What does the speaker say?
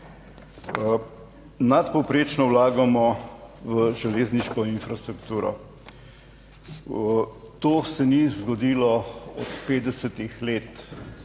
Nadpovprečno vlagamo v železniško infrastrukturo, to se ni zgodilo od 50. let